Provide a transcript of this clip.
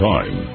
Time